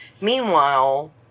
Meanwhile